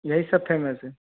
यही सब फेमस है